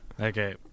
okay